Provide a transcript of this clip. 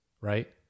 right